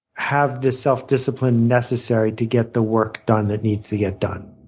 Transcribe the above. have the self-discipline necessary to get the work done that needs to get done.